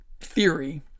theory